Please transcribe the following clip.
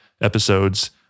episodes